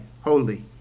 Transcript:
holy